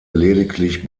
lediglich